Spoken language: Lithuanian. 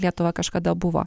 lietuva kažkada buvo